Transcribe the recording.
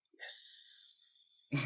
Yes